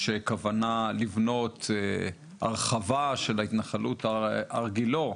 יש כוונה לבנות הרחבה של ההתנחלות הר גילה,